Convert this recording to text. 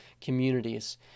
communities